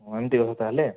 ଏମିତି କଥା ତା'ହେଲେ